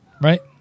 right